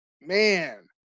man